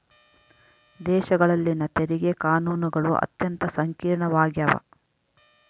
ದೇಶಗಳಲ್ಲಿನ ತೆರಿಗೆ ಕಾನೂನುಗಳು ಅತ್ಯಂತ ಸಂಕೀರ್ಣವಾಗ್ಯವ